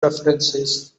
preferences